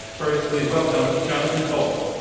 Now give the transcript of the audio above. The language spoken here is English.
first, please welcome jonathan cole.